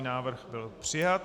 Návrh byl přijat.